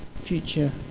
future